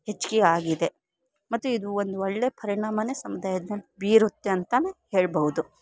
ಹೆಚ್ಗೆ ಆಗಿದೆ ಮತ್ತು ಇದು ಒಂದು ಒಳ್ಳೆಯ ಪರಿಣಾಮನೆ ಸಮುದಾಯದ ಮೇಲೆ ಬೀರುತ್ತೆ ಅಂತನೆ ಹೇಳ್ಬಹುದು